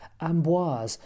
amboise